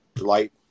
light